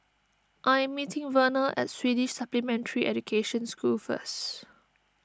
I am meeting Verner at Swedish Supplementary Education School first